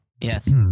Yes